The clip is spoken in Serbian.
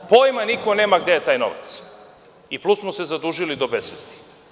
Pojma niko nema gde je taj novac, i plus smo se zadužili do besvesti.